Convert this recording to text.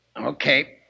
Okay